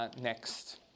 Next